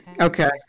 okay